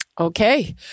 Okay